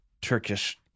Turkish